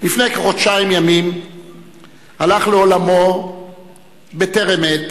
לפני כחודשיים ימים הלך לעולמו בטרם עת